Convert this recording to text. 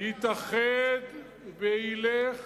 יתאחד וילך